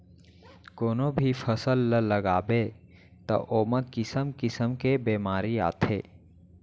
कोनो भी फसल ल लगाबे त ओमा किसम किसम के बेमारी आथे